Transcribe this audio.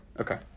Okay